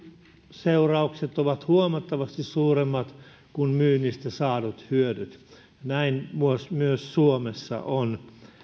maksuseuraukset ovat huomattavasti suuremmat kuin myynnistä saadut hyödyt näin myös suomessa on